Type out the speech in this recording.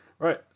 Right